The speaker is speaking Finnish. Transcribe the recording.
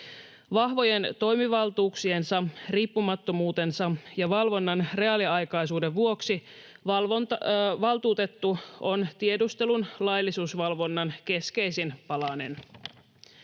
Vahvojen toimivaltuuksiensa, riippumattomuutensa ja valvonnan reaaliaikaisuuden vuoksi valtuutettu on tiedustelun laillisuusvalvonnan keskeisin palanen.